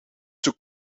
took